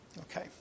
Okay